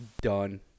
done